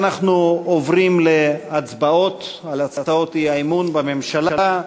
אנחנו עוברים להצבעות על הצעות האי-אמון בממשלה.